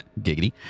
giggity